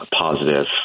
positive